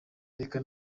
reka